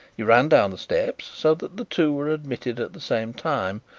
he ran down the steps, so that the two were admitted at the same time,